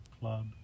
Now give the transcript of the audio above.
club